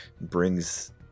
brings